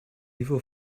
evil